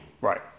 Right